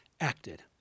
acted